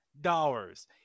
dollars